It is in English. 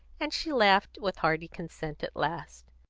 and she laughed with hearty consent at last.